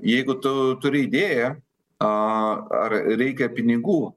jeigu tu turi idėją a ar reikia pinigų